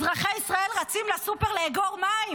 אזרחי ישראל רצים לסופר לאגור מים,